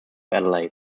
adelaide